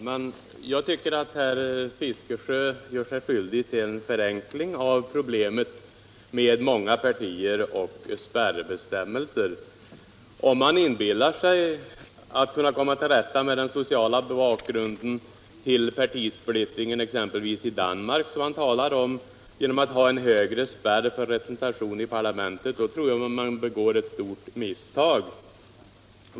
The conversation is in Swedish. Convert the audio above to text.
Herr talman! Jag tycker att herr Fiskesjö gör sig skyldig till en förenkling av problemet med många partier och spärrbestämmelser. Om man inbillar sig kunna komma till rätta med den sociala bakgrunden till partisplittringen exempelvis i Danmark — som han talar om — genom att ha en högre spärr för representation i parlamentet, tror jag man begår ett stort misstag.